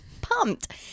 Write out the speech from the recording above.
pumped